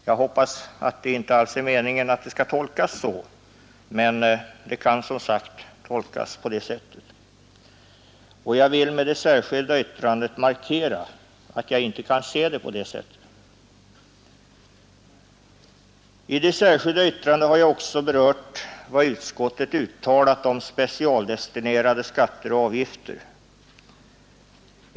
Jag hoppas att uttalandet inte skall uppfattas på det sättet, men man kan som sagt göra det. Med det särskilda yttrandet har jag velat markera att jag inte kan instämma häri. Vidare har jag i det särskilda yttrandet berört vad utskottet uttalat om specialdestinerade skatter och avgifter.